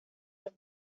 los